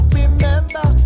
remember